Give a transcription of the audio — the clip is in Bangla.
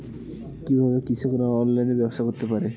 কিভাবে কৃষকরা অনলাইনে ব্যবসা করতে পারে?